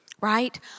right